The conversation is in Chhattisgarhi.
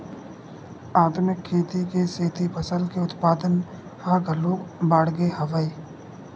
आधुनिक खेती के सेती फसल के उत्पादन ह घलोक बाड़गे हवय